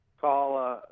call